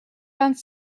vingt